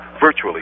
virtually